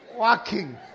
working